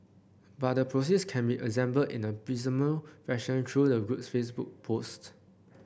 but the process can be assembled in a piecemeal fashion through the group's Facebook posts